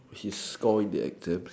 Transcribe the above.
his score in the exams